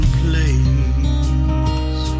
place